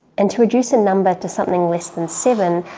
and to reduce a number to something less than seven,